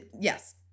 Yes